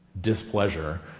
displeasure